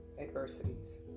adversities